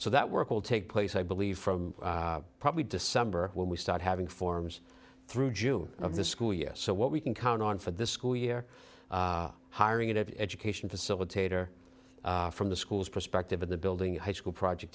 so that work will take place i believe from probably december when we start having forms through june of the school year so what we can count on for the school year hiring it education facilitator from the schools perspective in the building of high school project